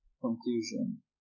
conclusion